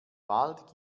bald